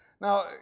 Now